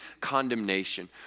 condemnation